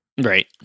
Right